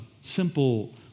simple